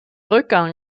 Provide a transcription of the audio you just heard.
rückgang